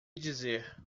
dizer